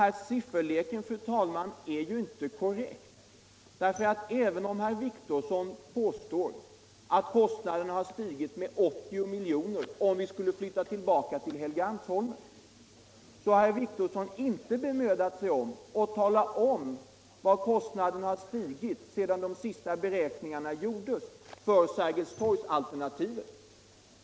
Herr Wictorssons sifferlek är inte korrekt. Även om herr Wictorsson påstår att Kostnaderna har stigit med 80 milj.kr. vid en återflyttning till Helgeandsholmen, så har herr Wictorsson inte talat om hur kostnaderna har utvecklats sedan de senaste beräkningarna gjordes för Sergelstorgsalternativet.